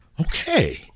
Okay